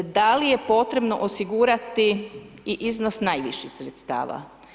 Da li je potrebno osigurati i iznos najviših sredstava?